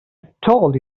told